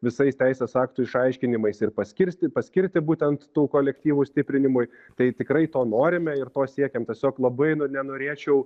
visais teisės aktų išaiškinimais ir paskirstyt paskirti būtent tų kolektyvų stiprinimui tai tikrai to norime ir to siekiam tiesiog labai nenorėčiau